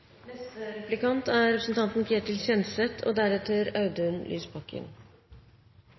Neste replikant er representanten